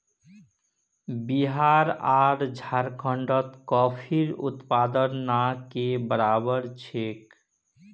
बिहार आर झारखंडत कॉफीर उत्पादन ना के बराबर छेक